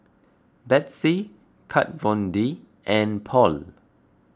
Betsy Kat Von D and Paul